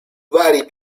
vari